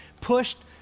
pushed